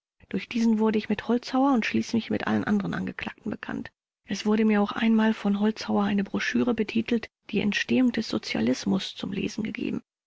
durch diesen wurde ich mit holzhauer und schließlich mit allen anderen angeklagten bekannt es wurde mit auch einmal von holzhauer eine broschüre betitelt die entstehung des sozialismus zum lesen gegeben